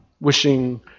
Wishing